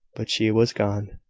but she was gone.